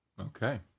Okay